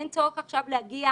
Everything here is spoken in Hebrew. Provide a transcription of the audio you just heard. אין צורך עכשיו להגיע